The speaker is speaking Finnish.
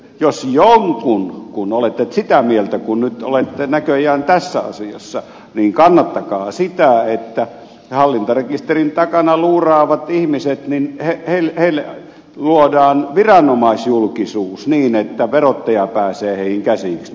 jos jotakin kun olette sitä mieltä kuin nyt olette näköjään tässä asiassa niin kannattakaa sitä että hallintarekisterin takana luuraaville ihmisille luodaan viranomaisjulkisuus niin että verottaja pääsee heihin käsiksi